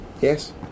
Yes